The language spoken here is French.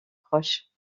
proche